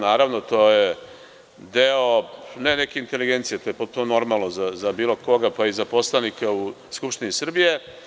Naravno, nije to do inteligencije, to je potpuno normalno za bilo koga, pa i za poslanika u Skupštini Srbije.